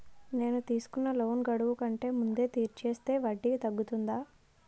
నేను తీసుకున్న లోన్ గడువు కంటే ముందే తీర్చేస్తే వడ్డీ తగ్గుతుందా?